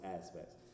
aspects